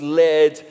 led